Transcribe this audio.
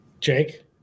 Jake